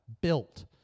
built